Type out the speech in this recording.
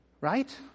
right